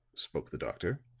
spoke the doctor,